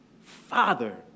Father